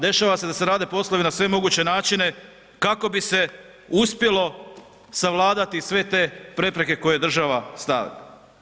Dešava se da se rade poslovi na sve moguće načine kako bi se uspjelo savladati sve te prepreke koje država stavlja.